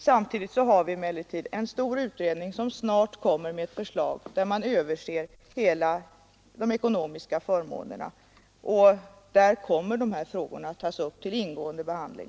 Samtidigt vet vi emellertid att en stor utredning snart kommer med ett förslag, där man gjort en översyn av alla dessa ekonomiska förmåner. Då kommer dessa frågor att tas upp till ingående behandling.